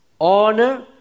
honor